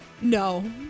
No